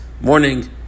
morning